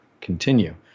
continue